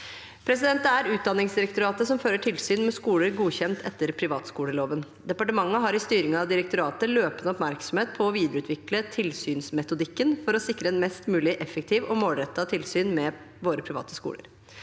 mulig. Det er Utdanningsdirektoratet som fører tilsyn med skoler godkjent etter privatskoleloven. Departementet har i styringen av direktoratet løpende oppmerksomhet på å videreutvikle tilsynsmetodikken for å sikre et mest mulig effektivt og målrettet tilsyn med våre privatskoler.